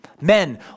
Men